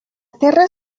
terra